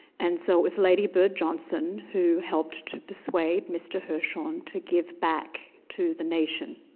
and so it was lady bird johnson who helped persuade mr. hirshhorn to give back to the nation